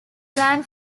land